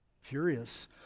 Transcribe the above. Furious